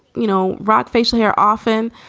you know, rock facial hair often,